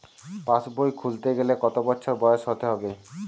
পাশবই খুলতে গেলে কত বছর বয়স হতে হবে?